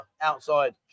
outside